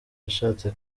yashatse